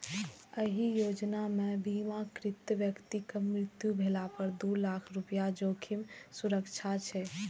एहि योजना मे बीमाकृत व्यक्तिक मृत्यु भेला पर दू लाख रुपैया जोखिम सुरक्षा छै